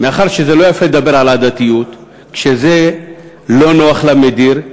מאחר שזה לא יפה לדבר על עדתיות כשזה לא נוח למדיר,